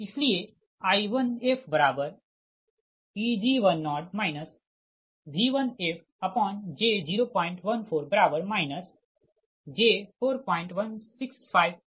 इसलिए I1fEg10 V1f j014 j4165 pu